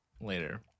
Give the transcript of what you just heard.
later